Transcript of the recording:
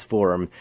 Forum